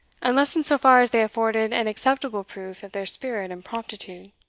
unless in so far as they afforded an acceptable proof of their spirit and promptitude.